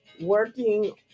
working